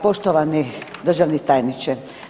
Poštovani državni tajniče.